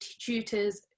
tutors